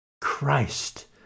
christ